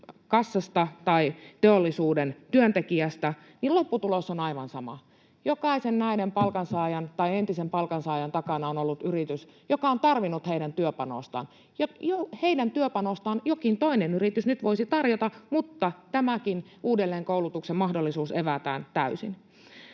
kassasta tai teollisuuden työntekijästä, niin lopputulos on aivan sama: jokaisen entisen palkansaajan takana on ollut yritys, joka on tarvinnut heidän työpanostaan. Heidän työpanostaan voisi nyt tarvita jokin toinen yritys, mutta tämäkin uudelleenkoulutuksen mahdollisuus evätään täysin.